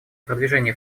продвижения